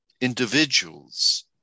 individuals